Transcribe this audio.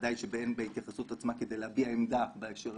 שבוודאי שאין בהתייחסות עצמה כדי להביע עמדה באשר